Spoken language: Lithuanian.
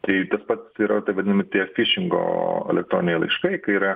tai tas pats yra tie vadinami tie fišingo elektroniniai laiškai kai yra